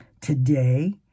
Today